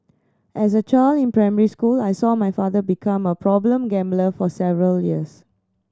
as a child in primary school I saw my father become a problem gambler for several years